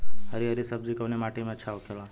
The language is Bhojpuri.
हरी हरी सब्जी कवने माटी में अच्छा होखेला?